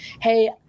hey